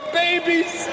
babies